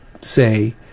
say